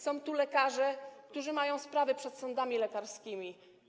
Są tu lekarze, którzy mają sprawy przed sądami lekarskimi.